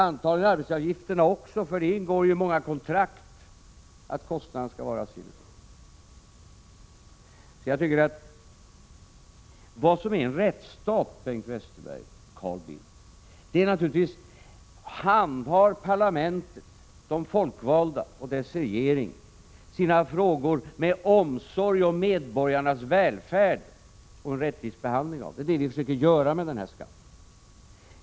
Antagligen skulle det gälla även för arbetsgivaravgifterna, för det ingår ju i många kontrakt att kostnaderna skall ligga på en viss nivå. När man talar om vad som är förenligt med en rättsstat, Bengt Westerberg och Carl Bildt, då skall man fråga sig: Handhar parlamentet, de folkvalda och dess regering, sina frågor med omsorg om medborgarnas välfärd och ger dem en rättvis behandling? Det är det vi försöker göra med den här skatten.